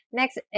next